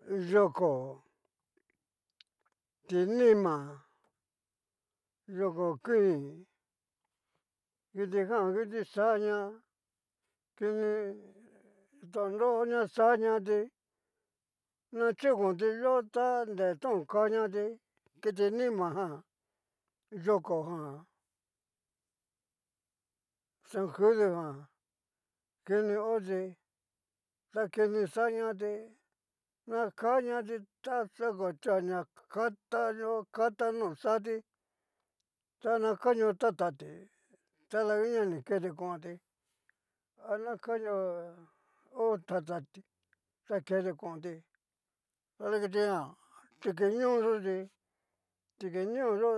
Ti yoko, ti nima, yoko kuii, ktijan ngu kiti xa'a ña kini tonro na xaá ñati, na chiko ti yó ta nri no ka ñati, kiti nimajan, yoko jan, sanjudujan kini ho ti, ta kini xa'a ñati na ka ñati ta xakotua na kata yó taka no xati ta na kanio tatati tadanguan ni keti kuanti ana kanio ho tatati ta keti konti tadutia kitjan tikiño tikiñoyo